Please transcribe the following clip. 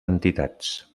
entitats